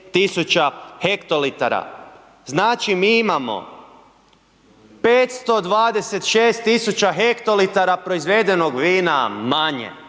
726 tisuća hektolitara. Znači mi imamo 526 tisuća hektolitara proizvedenog vina manje.